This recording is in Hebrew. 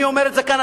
אני אומר את זה כאן,